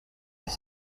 ils